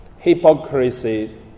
hypocrisy